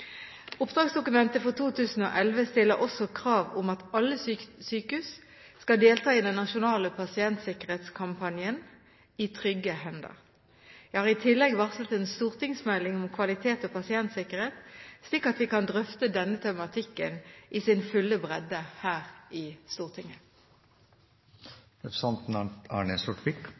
Oppdragsdokumentet for 2011 stiller også krav om at alle sykehus skal delta i den nasjonale pasientsikkerhetskampanjen I trygge hender. Jeg har i tillegg varslet en stortingsmelding om kvalitet og pasientsikkerhet, slik at vi kan drøfte denne tematikken i sin fulle bredde her i